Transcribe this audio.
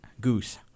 goose